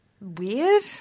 weird